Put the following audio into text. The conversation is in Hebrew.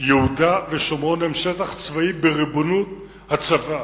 יהודה ושומרון הם שטח צבאי בריבונות הצבא,